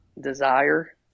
desire